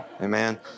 Amen